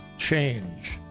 Change